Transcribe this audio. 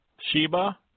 Sheba